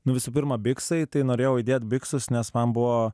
nu visų pirma biksai tai norėjau įdėt biksus nes man buvo